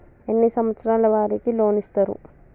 ఎన్ని సంవత్సరాల వారికి లోన్ ఇస్తరు?